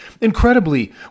Incredibly